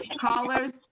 Callers